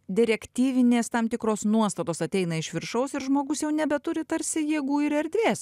direktyvinės tam tikros nuostatos ateina iš viršaus ir žmogus jau nebeturi tarsi jėgų ir erdvės